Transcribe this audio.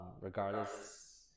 regardless